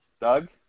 Doug